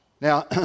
Now